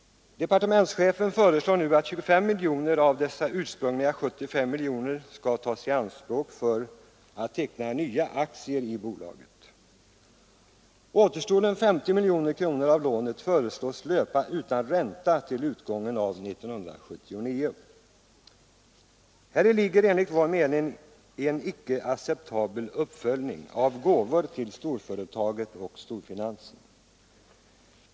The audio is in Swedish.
Departementschefen föreslår nu att 25 miljoner kronor av dessa ursprungliga 75 miljoner skall tas i anspråk för att teckna nya aktier i bolaget. Återstoden — 50 miljoner kronor — av lånet föreslås löpa utan ränta till utgången av 1979. Häri ligger enligt vår mening en icke acceptabel uppföljning av gåvor till storföretaget och storfinansen.